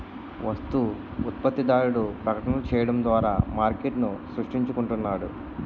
వస్తు ఉత్పత్తిదారుడు ప్రకటనలు చేయడం ద్వారా మార్కెట్ను సృష్టించుకుంటున్నాడు